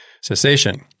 Cessation